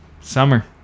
summer